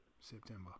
September